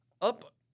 Up